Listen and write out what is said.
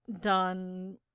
done